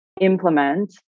implement